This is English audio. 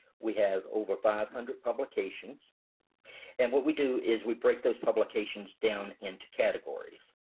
we have over five hundred publications and what we do is we break those publications down into categories